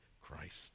Christ